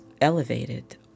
elevated